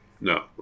no